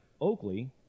Oakley